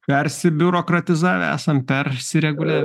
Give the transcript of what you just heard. persibiurokratizavę esam persiregulia